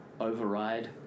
override